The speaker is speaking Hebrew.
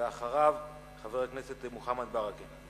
ולאחריו, חבר הכנסת מוחמד ברכה.